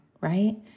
right